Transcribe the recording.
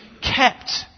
kept